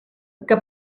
que